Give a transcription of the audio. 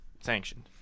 Sanctioned